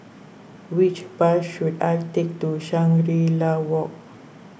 which bus should I take to Shangri La Walk